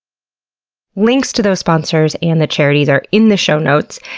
links to those sponsors and the charities are in the show notes.